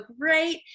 great